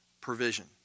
provision